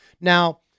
Now